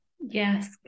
yes